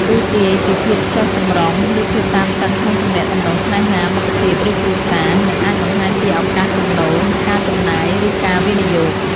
ទស្សន៍ទាយពីភាពចុះសម្រុង ឬភាពតានតឹងក្នុងទំនាក់ទំនងស្នេហា មិត្តភាព ឬគ្រួសារ និងអាចបង្ហាញពីឱកាសចំណូល ការចំណាយ ឬការវិនិយោគ។